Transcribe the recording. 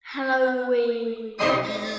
Halloween